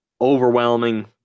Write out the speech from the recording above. overwhelming